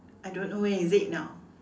I don't know where is it now